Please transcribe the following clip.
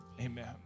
Amen